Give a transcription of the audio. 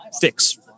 fix